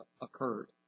occurred